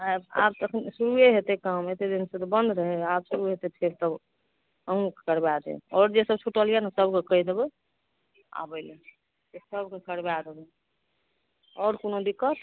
आब अखन शुरुए हेतै काम एते दिनसँ तऽ बन्द रहै आब शुरू हेतै फेर तब अहुँके करबा देब आओर जे सब छुटल यऽ ने सबके कहि देबै आबै लए सबके करबाए देबै आओर कोनो दिक्कत